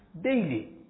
daily